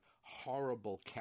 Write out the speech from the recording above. horrible